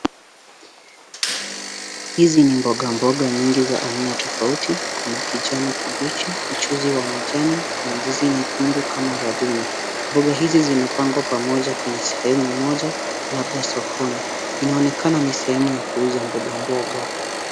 Hizi ni mboga mboga nyingi za aina tofauti, kuna kijani kibichi, mchuzi wa majani na ndizi nyekundu kama radhuni. Mboga hizi zimepangwa pamoja katika sehemu moja, labda sokoni, inaonekana ni sehemu ya kuuza mboga mboga.